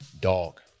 Dog